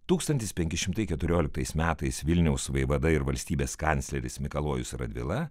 tūkstantis penki šimtai keturioliktais metais vilniaus vaivada ir valstybės kancleris mikalojus radvila